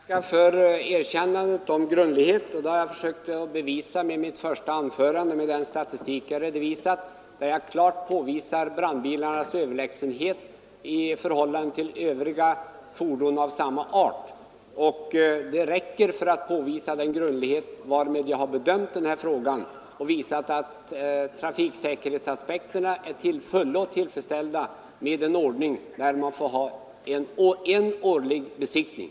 Herr talman! Jag tackar för erkännandet vad avser min grundlighet. Den egenskapen har jag försökt belägga genom den statistik jag redovisat i mitt första anförande, vilken klart visar brandbilarnas överlägsenhet över andra fordon av samma art. Detta räcker för att demonstrera både den grundlighet varmed jag studerat denna fråga och att trafiksäkerhetsaspekterna är till fullo tillgodosedda genom en ordning med en årlig besiktning.